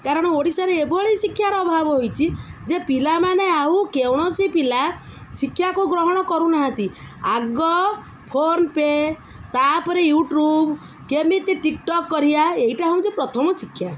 କାରଣ ଓଡ଼ିଶାରେ ଏଭଳି ଶିକ୍ଷାର ଅଭାବ ହୋଇଛି ଯେ ପିଲାମାନେ ଆଉ କୌଣସି ପିଲା ଶିକ୍ଷାକୁ ଗ୍ରହଣ କରୁନାହାନ୍ତି ଆଗ ଫୋନ୍ ପେ ତା'ପରେ ୟୁଟ୍ୟୁବ୍ କେମିତି ଟିକ୍ଟକ୍ କରିବା ଏଇଟା ହେଉଛି ପ୍ରଥମ ଶିକ୍ଷା